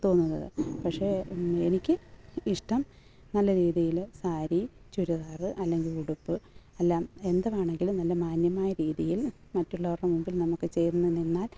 തോന്നുന്നത് പക്ഷെ എനിക്ക് ഇഷ്ടം നല്ല രീതിയിൽ സാരി ചുരിദാർ അല്ലെങ്കിൽ ഉടുപ്പ് അല്ല എന്താണെങ്കിലും നല്ല മാന്യമായ രീതിയിൽ മറ്റുള്ളവരുടെ മുമ്പിൽ നമുക്ക് ചേർന്ന് നിന്നാൽ